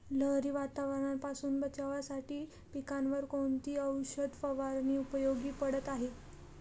लहरी वातावरणापासून बचावासाठी पिकांवर कोणती औषध फवारणी उपयोगी पडत आहे?